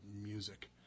music